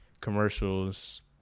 commercials